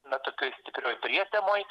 na tokioj stiprioj prietemoj